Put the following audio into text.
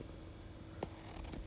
but oh